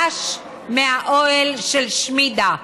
ד"ש מהאוהל של שמידע.